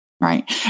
Right